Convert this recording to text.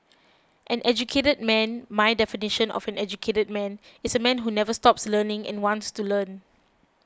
an educated man my definition of an educated man is a man who never stops learning and wants to learn